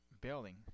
building